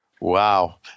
Wow